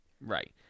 right